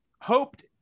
hoped